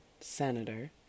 Senator